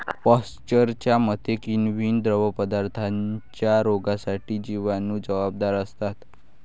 पाश्चरच्या मते, किण्वित द्रवपदार्थांच्या रोगांसाठी जिवाणू जबाबदार असतात